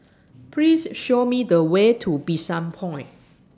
Please Show Me The Way to Bishan Point